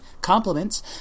compliments